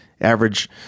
average